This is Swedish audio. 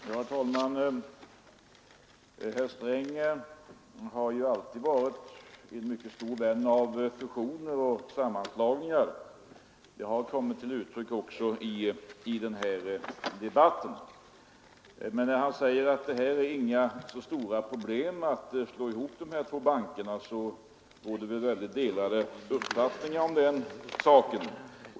Herr talman! Herr Sträng har ju alltid varit en mycket stor vän av fusioner, och det har kommit till uttryck också i denna debatt. Han säger att det inte är förenat med några stora problem att slå ihop de här två bankerna. Men det råder delade meningar om den saken.